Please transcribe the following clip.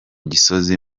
gisozi